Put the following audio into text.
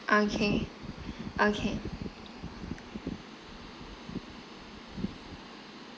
okay okay